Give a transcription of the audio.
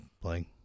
playing